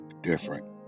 different